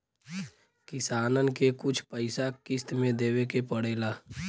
किसानन के कुछ पइसा किश्त मे देवे के पड़ेला